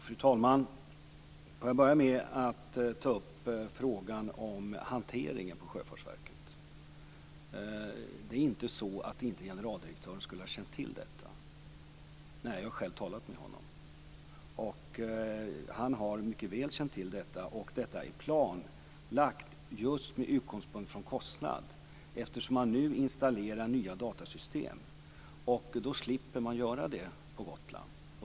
Fru talman! Får jag börja med att ta upp frågan om hanteringen på Sjöfartsverket. Det är inte så att generaldirektören inte skulle ha känt till detta. Jag har själv talat med honom. Han har mycket väl känt till detta. Det är planlagt just utgående från kostnaden. Eftersom man nu installerar nya datasystem slipper man att göra det på Gotland.